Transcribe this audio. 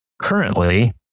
currently